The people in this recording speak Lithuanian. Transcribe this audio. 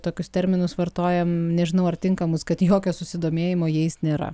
tokius terminus vartojam nežinau ar tinkamus kad jokio susidomėjimo jais nėra